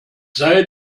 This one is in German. sei